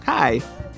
Hi